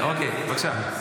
אוקיי, בבקשה.